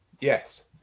Yes